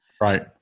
Right